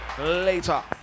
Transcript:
later